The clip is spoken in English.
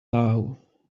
now